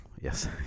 yes